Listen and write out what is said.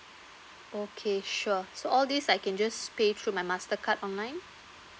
okay sure so all this I can just pay through my master card online